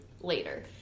later